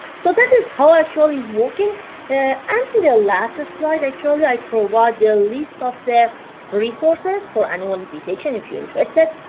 so that is how actually is working the and and last slide. actually i provide the list of their resources for an early detection if you're interested.